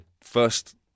first